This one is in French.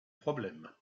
problème